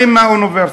באים משם.